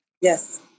Yes